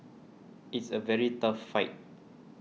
it's a very tough fight